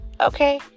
Okay